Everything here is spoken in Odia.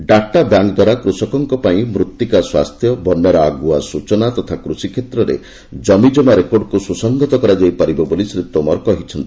ଡାଟା ବ୍ୟାଙ୍କ୍ ଦ୍ୱାରା କୃଷକଙ୍କ ପାଇଁ ମୃତିକା ସ୍ୱାସ୍ଥ୍ୟ ବନ୍ୟାର ଆଗୁଆ ସୂଚନା ତଥା କୃଷି କ୍ଷେତ୍ରେରେ ଜମିକମା ରେକର୍ଡକୁ ସୁସଂହତ କରାଯାଇପାରିବ ବୋଲି ଶ୍ରୀ ତୋମର କହିଛନ୍ତି